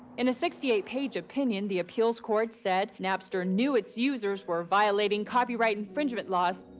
in a sixty eight page opinion, the appeals court said, napster knew its users were violating copyright infringement laws.